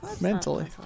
mentally